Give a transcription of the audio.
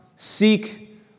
Seek